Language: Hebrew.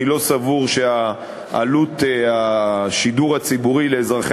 אני לא סבור שעלות השידור הציבורי לאזרחי